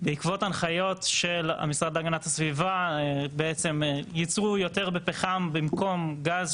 בעקבות הנחיות של המשרד להגנת הסביבה ייצרו יותר בפחם במקום בגז,